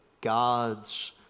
gods